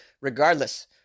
Regardless